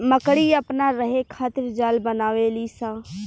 मकड़ी अपना रहे खातिर जाल बनावे ली स